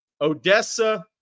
Odessa